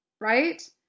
right